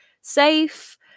safe